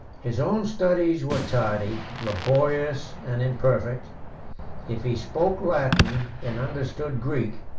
his own studies were tardy, laborious, and imperfect if he spoke latin, and understood greek,